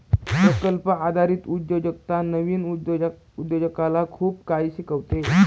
प्रकल्प आधारित उद्योजकता नवीन उद्योजकाला खूप काही शिकवते